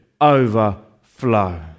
overflow